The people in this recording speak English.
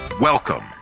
welcome